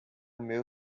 meu